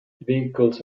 vehicles